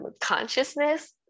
consciousness